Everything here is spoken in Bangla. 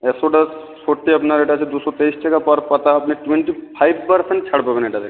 এক্সোডাস ফোর্টি আপনার এটা আছে দুশো তেইশ টাকা পার পাতা আপনি টোয়েন্টি ফাইভ পারসেন্ট ছাড় পাবেন এটাতে